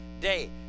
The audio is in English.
day